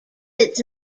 its